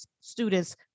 students